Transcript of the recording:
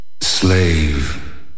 slave